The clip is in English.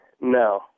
No